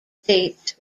states